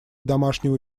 домашнего